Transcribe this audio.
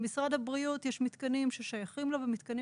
במשרד הבריאות יש מתקנים ששייכים לו ומתקנים